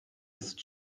ist